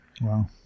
Wow